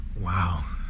Wow